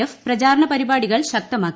F പ്രചാരണ പരിപാടികൾ ശക്തമാക്കി